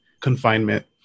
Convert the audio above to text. confinement